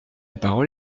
parole